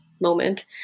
moment